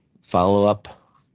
follow-up